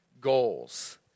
goals